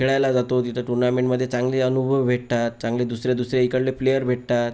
खेळायला जातो तिथं टुरनामेंटमध्ये चांगले अनुभव भेटतात चांगले दुसरे दुसरे इकडले प्लेअर भेटतात